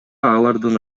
алардын